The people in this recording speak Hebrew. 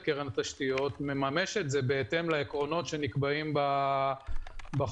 קרן התשתיות מממש את זה בהתאם לעקרונות שנקבעים בחוק.